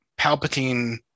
Palpatine